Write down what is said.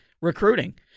recruiting